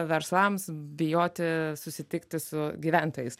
verslams bijoti susitikti su gyventojais